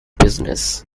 business